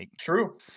True